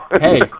Hey